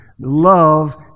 Love